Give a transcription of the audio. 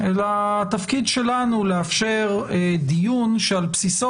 אלא התפקיד שלנו לאפשר דיון שעל בסיסו